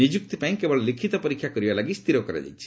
ନିଯୁକ୍ତି ପାଇଁ କେବଳ ଲିଖିତ ପରୀକ୍ଷା କରିବା ଲାଗି ସ୍ଥିର କରାଯାଇଛି